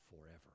forever